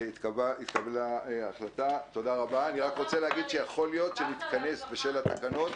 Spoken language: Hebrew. הצבעה בעד, רוב נגד, 1 נמנעים,